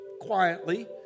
quietly